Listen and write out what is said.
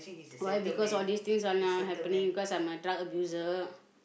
why because all these things are now happening because I'm a drug abuser